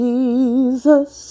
Jesus